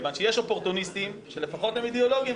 כיוון שיש אופורטוניסטים שלפחות הם אידיאולוגים.